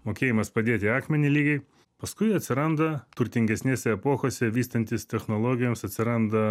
mokėjimas padėti akmenį lygiai paskui atsiranda turtingesnėse epochose vystantis technologijoms atsiranda